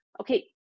Okay